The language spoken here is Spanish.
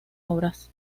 obras